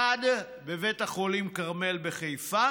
אחד בבית החולים כרמל בחיפה